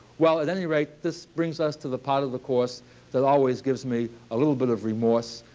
well, at any rate, this brings us to the part of the course that always gives me a little bit of remorse.